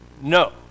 No